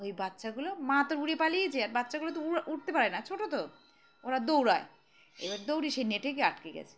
ওই বাচ্চাগুলো মা তোর উুড়ে পালিয়েছে আর বাচ্চাগুলো তো উঠতে পারে না ছোটো তো ওরা দৌড়ায় এবার দৌড়ি সেই নেটে গিয়ে আটকে গেছে